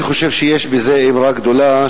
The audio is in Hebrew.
אני חושב שיש בזה אמירה גדולה,